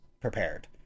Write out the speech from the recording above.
prepared